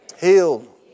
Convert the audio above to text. healed